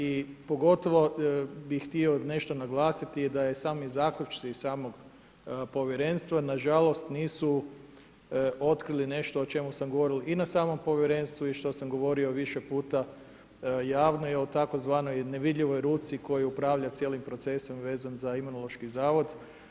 I pogotovo bih htio nešto naglasiti, da i sami zaključci iz samog povjerenstva nažalost nisu otkrili nešto o čemu sam govoril i na samom povjerenstvu i što sam govorio više puta javno i o tzv. nevidljivoj ruci koja upravlja cijelim procesom i vezan za Imunološki zavod.